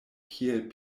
kiel